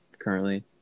Currently